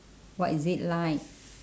what is it like